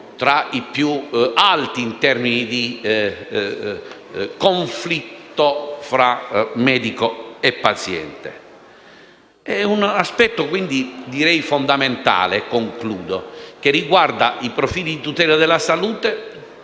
tra i più alti in termini di conflitto fra medico e paziente. È quindi un aspetto fondamentale che riguarda i profili di tutela della salute,